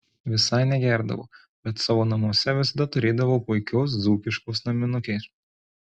visai negerdavo bet savo namuose visada turėdavo puikios dzūkiškos naminukės